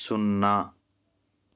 సున్నా